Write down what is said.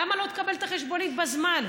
למה לא תקבל את החשבונית בזמן?